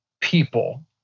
people